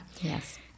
Yes